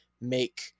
make